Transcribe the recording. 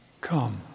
come